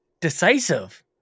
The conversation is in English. decisive